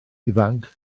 ifanc